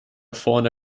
vorne